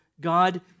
God